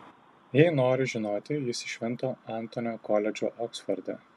jei nori žinoti jis iš švento antonio koledžo oksforde